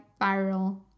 viral